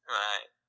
right